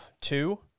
two